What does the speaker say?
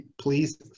please